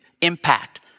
impact